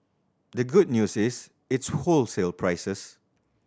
the good news is its wholesale prices